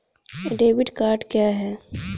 Debit card क्या है?